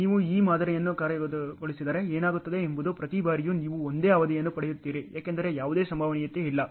ನೀವು ಈ ಮಾದರಿಯನ್ನು ಕಾರ್ಯಗತಗೊಳಿಸುತ್ತಿದ್ದರೆ ಏನಾಗುತ್ತದೆ ಎಂಬುದು ಪ್ರತಿ ಬಾರಿಯೂ ನೀವು ಒಂದೇ ಅವಧಿಯನ್ನು ಪಡೆಯುತ್ತೀರಿ ಏಕೆಂದರೆ ಯಾವುದೇ ಸಂಭವನೀಯತೆಯಿಲ್ಲ